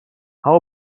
how